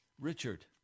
Richard